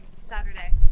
Saturday